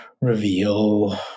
reveal